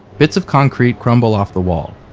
bits of concrete crumble off the wall.